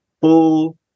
full